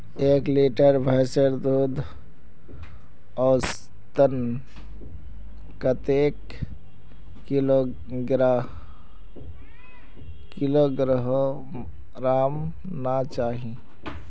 एक लीटर भैंसेर दूध औसतन कतेक किलोग्होराम ना चही?